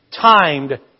timed